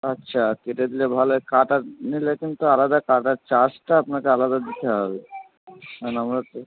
আচ্ছা কেটে দিলে ভালো হয় কাটা নিলে কিন্তু আলাদা কাটার চার্জটা আপনাকে আলাদা দিতে হবে মানে আমরা তো